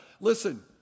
Listen